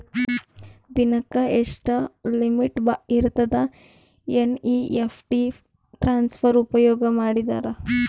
ದಿನಕ್ಕ ಎಷ್ಟ ಲಿಮಿಟ್ ಇರತದ ಎನ್.ಇ.ಎಫ್.ಟಿ ಟ್ರಾನ್ಸಫರ್ ಉಪಯೋಗ ಮಾಡಿದರ?